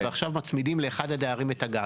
ועכשיו מצמידים לאחד הדיירים את הגג,